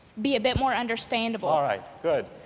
be a bit more understandable. alright, good,